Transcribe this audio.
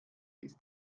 ist